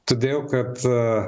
todėl kad